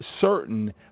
certain